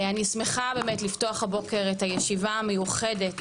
אני שמחה באמת לפתוח הבוקר את הישיבה המיוחדת